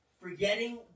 forgetting